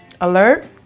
alert